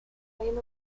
lying